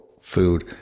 food